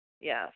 Yes